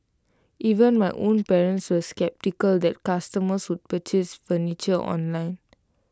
even my own parents were sceptical that customers would purchase furniture online